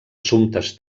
assumptes